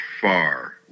far